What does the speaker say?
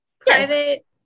Private